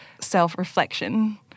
self-reflection